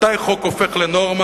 מתי חוק הופך לנורמה?